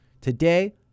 today